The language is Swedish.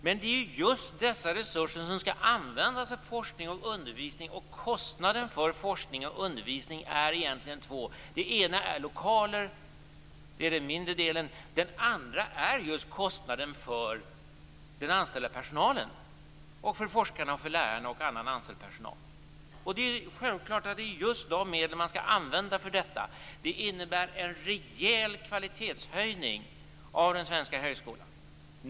Men det är just dessa resurser som skall användas för forskning och undervisning. Kostnaden för forskning och undervisning är egentligen två. Den ena är lokaler. Det är den mindre delen. Den andra är just kostnaden för den anställda personalen - för forskarna, lärarna och annan anställd personal. Det är självklart att det är just de medlen man skall använda för detta. Det innebär en rejäl kvalitetshöjning av den svenska högskolan.